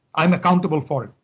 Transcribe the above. i'm accountable for it.